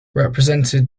represented